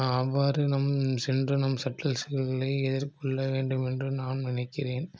அவ்வாறு நம் சென்று நம் சட்ட சிக்கல்களை எதிர்கொள்ள வேண்டும் என்று நான் நினக்கிறேன்